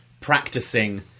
practicing